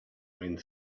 wind